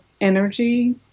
energy